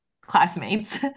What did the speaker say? classmates